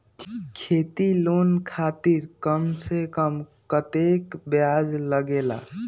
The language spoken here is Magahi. खेती लोन खातीर कम से कम कतेक ब्याज लगेला?